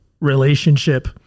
relationship